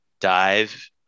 dive